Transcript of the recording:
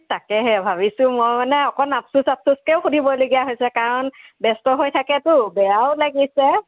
তাকেহে ভাবিছোঁ মই মানে অকন আপচোছ আপচোছকে সুধিবলগীয়া হৈছে কাৰণ ব্যস্ত হৈ থাকেটো বেয়াও লাগিছে